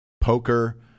poker